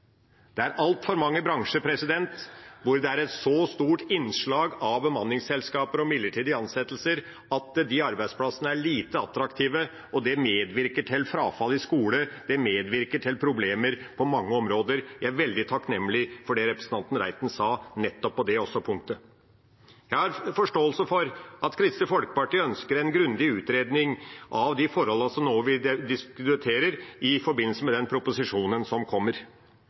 Det er altfor mange bransjer hvor det er et så stort innslag av bemanningsselskaper og midlertidige ansettelser at deres arbeidsplasser er lite attraktive. Det medvirker til frafall i skolen. Det medvirker til problemer på mange områder. Jeg er veldig takknemlig for det representanten Reiten nettopp sa også på det punktet. Jeg har forståelse for at Kristelig Folkeparti ønsker en grundig utredning av de forholdene som vi nå diskuterer, i forbindelse med den proposisjonen som kommer.